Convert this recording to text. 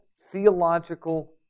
theological